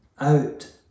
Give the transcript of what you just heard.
out